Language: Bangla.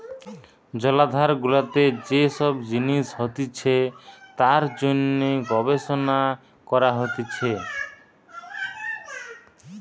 জলাধার গুলাতে যে সব জিনিস হতিছে তার জন্যে গবেষণা করা হতিছে